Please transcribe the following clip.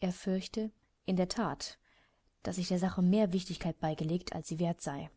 er fürchte in der that daß ich der sache mehr wichtigkeit beigelegt als sie wert sei